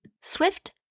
Swift